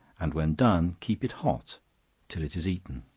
and when done keep it hot till it is eaten.